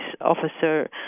officer